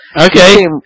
Okay